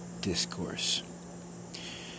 discourse